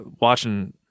watching